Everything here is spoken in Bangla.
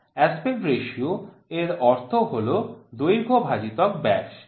অ্যাসপেক্ট রেশিও এর অর্থ হল দৈর্ঘ্য ভাজিতক ব্যাস